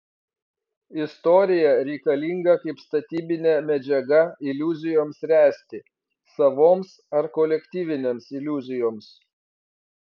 istorija reikalinga kaip statybinė medžiaga iliuzijoms ręsti savoms ar kolektyvinėms iliuzijoms